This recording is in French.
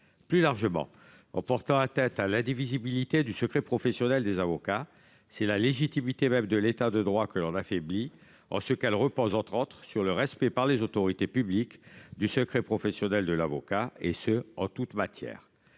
Plus largement, en portant atteinte à l'indivisibilité du secret professionnel des avocats, c'est la légitimité même de l'État de droit que l'on affaiblit, en ce que celle-ci repose, entre autres, sur le respect par les autorités publiques du secret professionnel de l'avocat en toute matière.